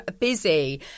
busy